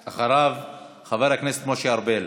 אחריו, חבר הכנסת משה ארבל.